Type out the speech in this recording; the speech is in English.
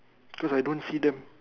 cause I don't see them